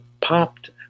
popped